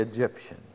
Egyptian